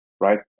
right